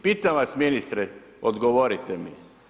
Pitam vas ministre, odgovorite mi.